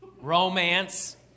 romance